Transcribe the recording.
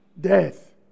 death